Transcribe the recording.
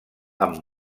amb